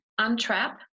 untrap